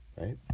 right